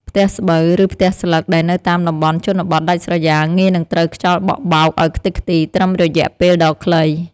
ផ្ទះស្បូវ ឬផ្ទះស្លឹកដែលនៅតាមតំបន់ជនបទដាច់ស្រយាលងាយនឹងត្រូវខ្យល់បក់បោកឱ្យខ្ទេចខ្ទីត្រឹមរយៈពេលដ៏ខ្លី។